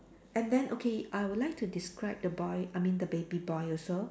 and then okay I would like to describe the boy I mean the baby boy also